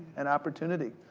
and opportunity.